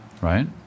right